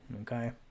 Okay